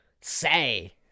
say